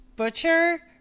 butcher